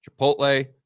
Chipotle